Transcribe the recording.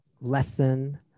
lesson